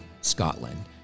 Scotland